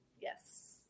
Yes